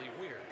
weird